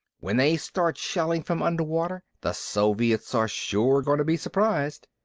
when they start shelling from underwater, the soviets are sure going to be surprised.